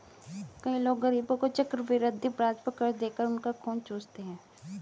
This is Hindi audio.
कई लोग गरीबों को चक्रवृद्धि ब्याज पर कर्ज देकर उनका खून चूसते हैं